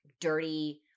dirty